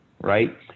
right